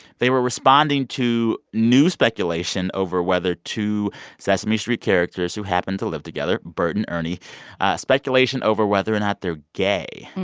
they were responding to new speculation over whether two sesame street characters who happened to live together, bert and ernie speculation over whether or not they're gay.